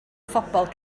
phobl